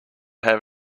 have